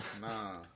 Nah